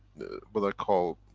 what i call,